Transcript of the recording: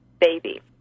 baby